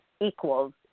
equals